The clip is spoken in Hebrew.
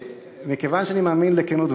מכיוון שאני מאמין לכנות דברייך,